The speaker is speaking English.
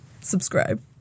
Subscribe